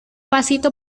pasito